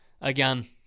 Again